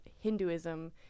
Hinduism